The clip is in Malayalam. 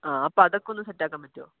ആ ആ അപ്പോൾ അതൊക്കെ ഒന്ന് സെറ്റാക്കാൻ പറ്റുമോ